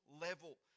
level